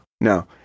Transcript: No